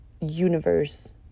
universe